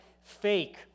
fake